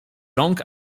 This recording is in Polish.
rąk